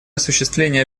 осуществления